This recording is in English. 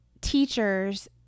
teachers